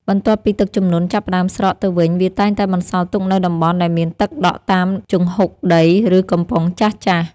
បន្ទាប់ពីទឹកជំនន់ចាប់ផ្តើមស្រកទៅវិញវាតែងតែបន្សល់ទុកនូវតំបន់ដែលមានទឹកដក់តាមជង្ហុកដី ឬកំប៉ុងចាស់ៗ។